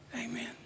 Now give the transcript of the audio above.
amen